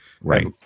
Right